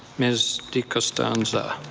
ms. dicostanzo.